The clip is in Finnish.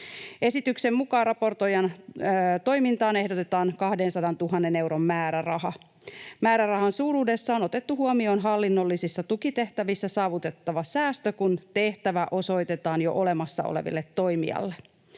Esityksen mukaan raportoijan toimintaan ehdotetaan 200 000 euron määräraha. Määrärahan suuruudessa on otettu huomioon hallinnollisissa tukitehtävissä saavutettava säästö, kun tehtävä osoitetaan jo olemassa olevalle toimijalle.